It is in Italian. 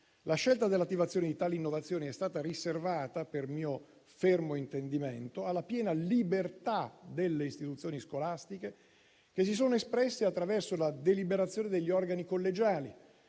La scelta dell'attivazione di tali innovazioni è stata riservata, per mio fermo intendimento, alla piena libertà delle istituzioni scolastiche, che si sono espresse attraverso la deliberazione degli organi collegiali